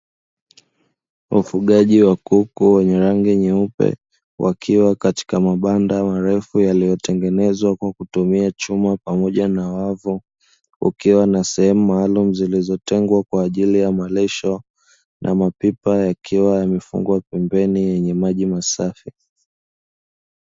Ufugaji wa kuku wenye rangi nyeupe wakiwa katika mabanda marefu yaliyotengenezwa kwa kutumia chuma pamoja na wavunkukiwa na sehemu maalumu zilizotengwa kwa ajili ya malisho na mapipa yakiwa yamefungwa pembeni yenye maji masafi.